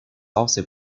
also